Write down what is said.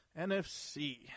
NFC